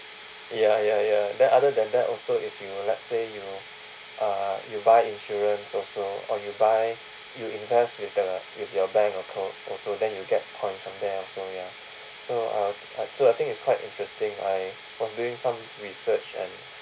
ya ya ya then other than that also if you let's say you uh you buy insurance also or you buy you invest with the with your bank account also then you get points from there also ya so uh so I think it's quite interesting I was doing some research and